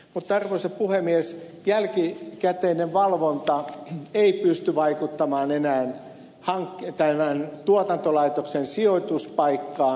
mutta arvoisa puhemies jälkikäteinen valvonta ei pysty vaikuttamaan enää tuotantolaitoksen sijoituspaikkaan